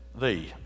thee